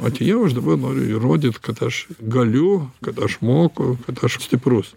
atėjau aš dabar noriu įrodyt kad aš galiu kad aš moku kad aš stiprus